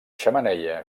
xemeneia